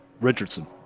Richardson